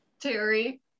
Terry